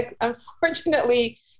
unfortunately